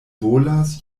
bolas